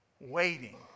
waiting